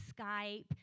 Skype